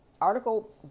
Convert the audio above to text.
Article